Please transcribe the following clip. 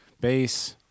bass